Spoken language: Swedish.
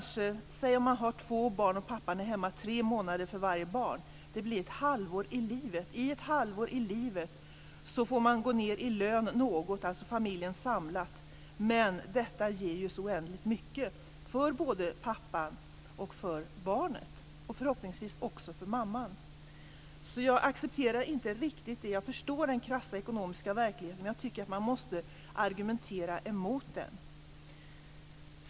Säg att man har två barn och att pappan är hemma tre månader för varje barn. Det blir ett halvår i livet. Under ett halvår i livet får familjen samlat gå ned i lön något. Men detta ger så oändligt mycket både för pappan och för barnet, och förhoppningsvis också för mamman. Jag accepterar inte riktigt argumentet. Jag förstår den krassa ekonomiska verkligheten. Men jag tycker att man måste argumentera emot det.